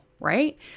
right